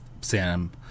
Sam